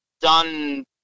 done